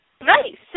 Right